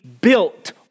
built